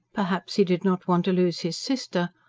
perhaps he did not want to lose his sister.